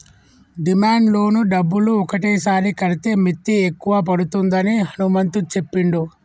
demand loan డబ్బులు ఒకటేసారి కడితే మిత్తి ఎక్కువ పడుతుందని హనుమంతు చెప్పిండు